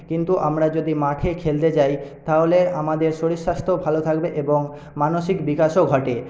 কিন্তু আমরা যদি মাঠে খেলতে যাই তাহলে আমাদের শরীর স্বাস্থ্য ভালো থাকবে এবং মানসিক বিকাশও ঘটে